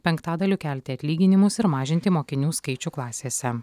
penktadaliu kelti atlyginimus ir mažinti mokinių skaičių klasėse